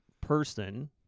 person